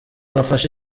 bafashe